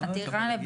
עוד נושא קטן